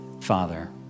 Father